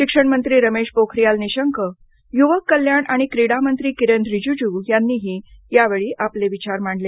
शिक्षण मंत्री रमेश पोखारीयाल निशंक युवक कल्याण आणि क्रीडा मंत्री किरेन रीजीजू यांनीही यावेळी आपले विचार मांडले